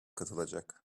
katılacak